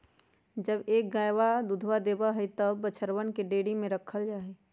जब तक गयवा दूधवा देवा हई तब तक बछड़वन के डेयरी में रखल जाहई